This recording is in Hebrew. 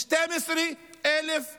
12,000 תושבים.